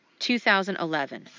2011